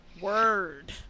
word